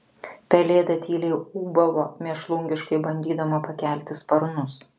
pelėda tyliai ūbavo mėšlungiškai bandydama pakelti sparnus